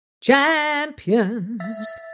Champions